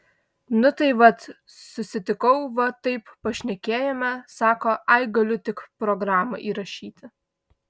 nu tai vat susitikau va taip pašnekėjome sako ai galiu tik programą įrašyti